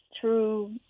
true